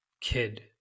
kid